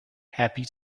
happy